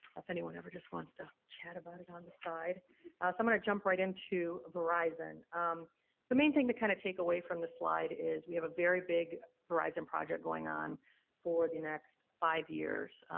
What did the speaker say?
if anyone ever just wants to chat about it on the side. so i'm gonna jump right into verizon. um the main thing to kinda take away from this slide is we have a very big verizon project going on for the next five years.